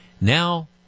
Now